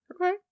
Okay